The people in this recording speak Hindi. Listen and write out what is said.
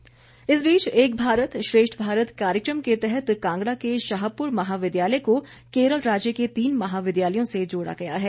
कॉलेज इस बीच एक भारत श्रेष्ठ भारत कार्यक्रम के तहत कांगड़ा के शाहपुर महाविद्यालय को केरल राज्य के तीन महाविद्यालयों से जोड़ा गया है